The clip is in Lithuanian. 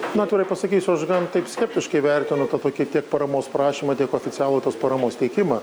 atvirai pasakysiu aš gan taip skeptiškai vertinu tą tokį tiek paramos prašymą tiek oficialų tos paramos teikimą